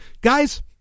guys